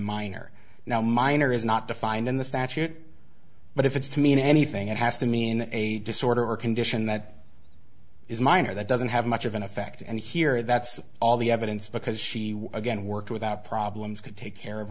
minor now minor is not defined in the statute but if it's to mean anything it has to mean a disorder or condition that is minor that doesn't have much of an effect and here that's all the evidence because she again worked without problems could take care of